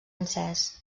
encès